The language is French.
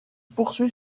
poursuit